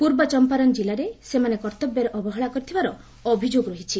ପୂର୍ବଚମ୍ପାରନ୍ ଜିଲ୍ଲାରେ ସେମାନେ କର୍ତ୍ତବ୍ୟରେ ଅବହେଳା କରିଥିବାର ଅଭିଯୋଗ ରହିଛି